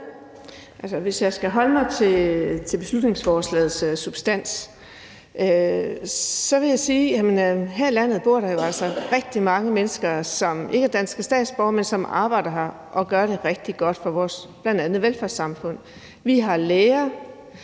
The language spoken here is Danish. Hvis jeg skal holde mig til beslutningsforslagets substans, vil jeg sige, at her i landet bor der jo altså rigtig mange mennesker, som ikke er danske statsborgere, men som arbejder her og gør det rigtig godt, bl.a. for vores velfærdssamfund. Vi har bl.a.